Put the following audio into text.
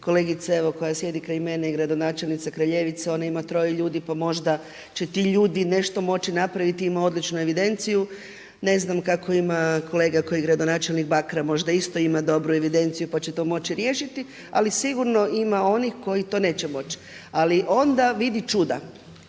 kolegica evo koja sjedi kraj mene je gradonačelnica Kraljevice, ona ima troje ljudi pa možda će ti ljudi nešto moći napraviti, ima odličnu evidenciju. Ne znam kako ima kolega koji je gradonačelnik Bakra možda isto ima dobru evidenciju pa će to moći riješiti, ali sigurno ima onih koji to neće moć. Ali onda vidi čuda.